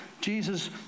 Jesus